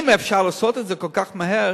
אם אפשר לעשות את זה כל כך מהר,